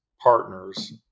partners